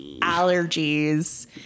allergies